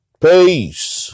Peace